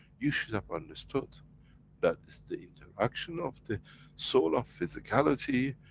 you should have understood that it's the interaction of the soul of physicality,